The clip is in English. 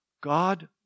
God